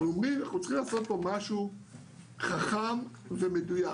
אנחנו צריכים לעשות פה משהו חכם ומדויק,